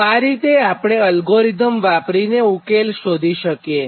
તો આ રીતે આપણે અલગોરીધમ વાપરીને ઉકેલ શોધી શકીએ